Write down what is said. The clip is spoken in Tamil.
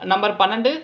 நம்பர் பன்னெண்டு